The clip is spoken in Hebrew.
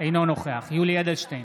אינו נוכח יולי יואל אדלשטיין,